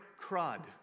crud